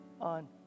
on